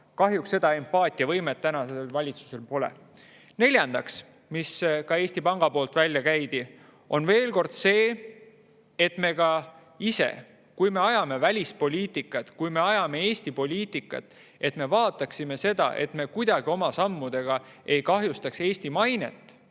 Kahjuks seda empaatiavõimet tänasel valitsusel pole. Neljandaks, mille ka Eesti Pank välja käis, on veel kord see, et me ka ise, kui me ajame välispoliitikat, kui me ajame Eesti poliitikat, siis me vaataksime seda, et me oma sammudega kuidagi ei kahjustaks Eesti mainet,